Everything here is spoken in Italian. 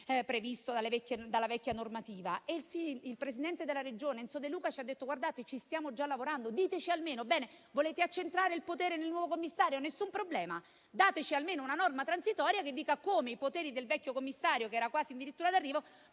previsto dalla vecchia normativa. Il presidente della Regione, Vincenzo De Luca, ci ha detto che ci stanno già lavorando. Volete accentrare il potere nel nuovo commissario? Nessun problema, ma dateci almeno una norma transitoria che dica come i poteri del vecchio commissario, che era quasi in dirittura d'arrivo,